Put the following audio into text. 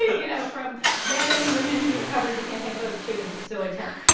you know, from men and women who covered the campaign both too because it's so intense.